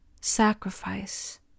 sacrifice